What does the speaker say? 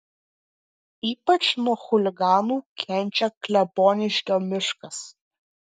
ypač nuo chuliganų kenčia kleboniškio miškas